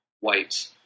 white